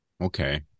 Okay